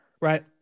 Right